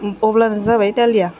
अब्लानो जाबाय दालिया